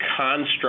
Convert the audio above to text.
construct